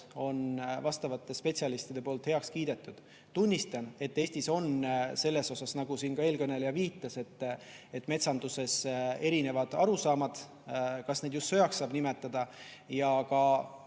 on vastavate spetsialistide poolt heaks kiidetud. Tunnistan, et Eestis on selles osas, nagu siin eelkõneleja viitas, metsanduses erinevad arusaamad. Kas neid just sõjaks saab nimetada? Ka